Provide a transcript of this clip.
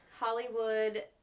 Hollywood